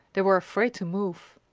they were afraid to move.